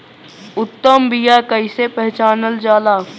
उत्तम बीया कईसे पहचानल जाला?